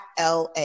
LA